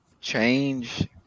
change